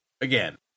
again